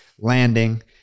landing